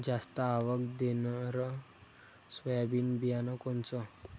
जास्त आवक देणनरं सोयाबीन बियानं कोनचं?